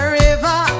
river